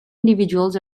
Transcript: individuals